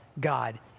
God